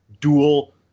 dual